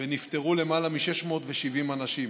ונפטרו למעלה מ-670 אנשים.